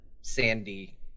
sandy